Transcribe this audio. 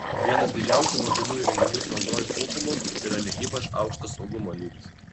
vienas didžiausių mobilių įrenginių su android trūkumų yra ne ypač aukštas saugumo lygis